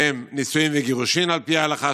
שהם נישואים וגירושים על פי הלכה,